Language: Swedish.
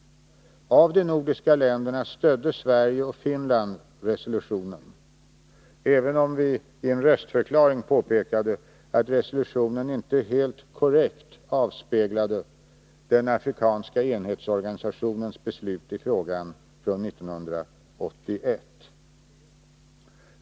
Av de nordiska länderna stödde Sverige och Finland resolutionen, även om vi i en röstförklaring påpekade att resolutionen inte helt korrekt avspeglade den afrikanska enhetsorganisationens beslut i frågan från 1981.